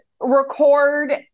record